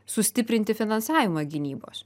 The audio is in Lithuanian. sustiprinti finansavimą gynybos